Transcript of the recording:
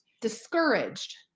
discouraged